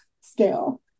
scale